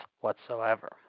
whatsoever